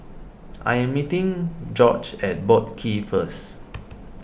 I am meeting Gorge at Boat Quay first